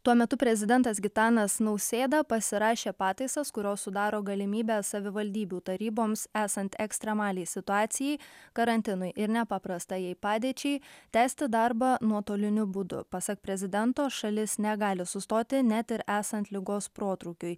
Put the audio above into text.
tuo metu prezidentas gitanas nausėda pasirašė pataisas kurios sudaro galimybę savivaldybių taryboms esant ekstremaliai situacijai karantinui ir nepaprastajai padėčiai tęsti darbą nuotoliniu būdu pasak prezidento šalis negali sustoti net ir esant ligos protrūkiui